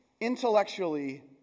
intellectually